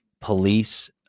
police